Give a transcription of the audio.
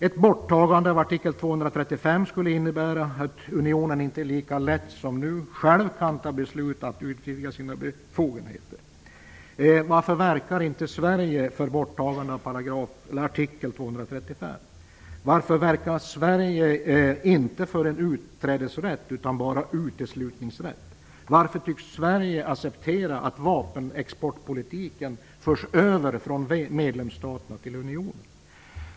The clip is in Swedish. Ett borttagande av artikel 235 skulle innebära att unionen inte lika lätt som nu själv skulle kunna ta beslut om att utvidga sina befogenheter. Varför verkar inte Sverige för borttagande av artikel 235? Varför verkar inte Sverige för en utträdesrätt utan bara för en uteslutningsrätt? Varför tycks Sverige acceptera att vapenexportpolitiken förs över från medlemsstaterna till unionen?